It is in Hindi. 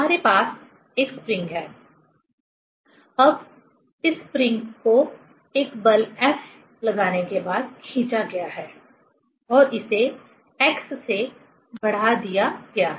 हमारे पास एक स्प्रिंग है अब इस स्प्रिंग को एक बल F लगाने के बाद खींचा गया है और इसे x से बढ़ा दिया गया है